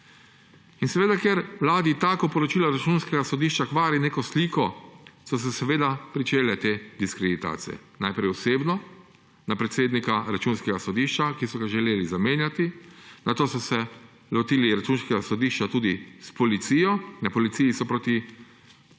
In ker Vladi tako poročilo Računskega sodišča kvari neko sliko, so se seveda pričele te diskreditacije, najprej osebno na predsednika Računskega sodišča, ki so ga želeli zamenjati, nato so se lotili Računskega sodišča tudi s policijo. Na policiji so proti